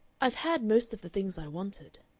i've had most of the things i wanted,